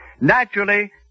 Naturally